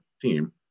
team